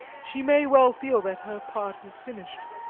she may well feel that her part is finished,